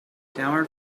downward